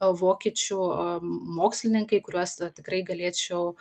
vokiečių mokslininkai kuriuos na tikrai galėčiau